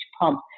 pump